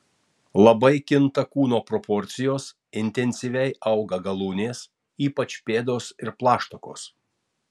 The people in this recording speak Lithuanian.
labai kinta kūno proporcijos intensyviai auga galūnės ypač pėdos ir plaštakos